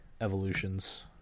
evolutions